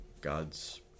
God's